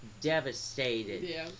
devastated